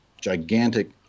gigantic